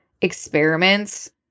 experiments